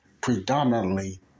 predominantly